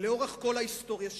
לאורך כל ההיסטוריה שלנו,